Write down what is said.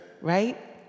Right